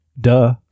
duh